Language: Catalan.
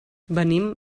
venim